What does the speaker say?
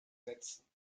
setzen